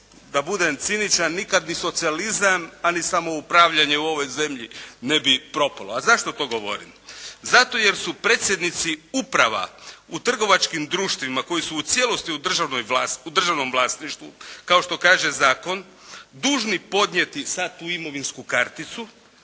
da budem ciničan, nikad ni socijalizam pa ni samoupravljanje u ovoj zemlji ne bi propalo. A zašto to govorim? Zato jer su predsjednici uprava u trgovačkim društvima koji su u cijelosti u državnom vlasništvu kao što kaže zakon, dužni podnijeti sad tu imovinsku karticu,